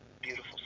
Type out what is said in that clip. beautiful